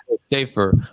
safer